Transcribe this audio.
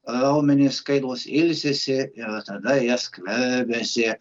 raumenys skaidulos ilsisi ir tada jie skverbiasi